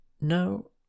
No